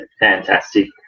fantastic